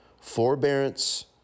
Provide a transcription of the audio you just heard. Forbearance